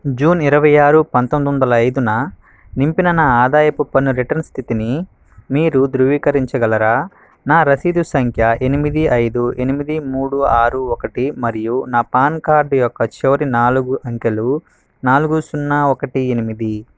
June ఇరవై ఆరు పంతొమ్మిది వందల ఐదున నింపిన నా ఆదాయపు పన్ను రిటర్న్ స్థితిని మీరు ధృవీకరించగలరా నా రసీదు సంఖ్య ఎనిమిది ఐదు ఎనిమిది మూడు ఆరు ఒకటి మరియు నా పాన్ కార్డు యొక్క చివరి నాలుగు అంకెలు నాలుగు సున్నా ఒకటి ఎనిమిది